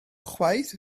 chwaith